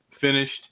finished